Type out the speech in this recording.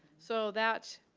so that